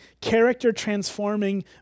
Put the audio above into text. character-transforming